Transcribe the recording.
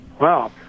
wow